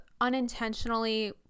unintentionally